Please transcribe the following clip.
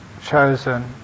chosen